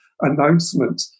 announcement